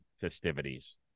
festivities